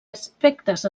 aspectes